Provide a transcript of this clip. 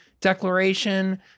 declaration